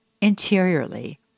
interiorly